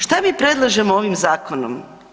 Šta mi predlažemo ovim zakonom?